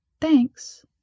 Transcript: Thanks